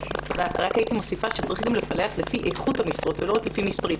הייתי מוסיפה שצריך לפלח גם לפי איכות המשרות ולא רק לפי מספרים.